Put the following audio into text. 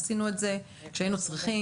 עשיתם את זה כשהייתם צריכים,